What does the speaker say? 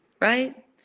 Right